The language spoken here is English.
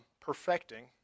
Perfecting